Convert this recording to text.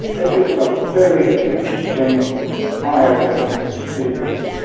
it's a very interesting eye-opening experience.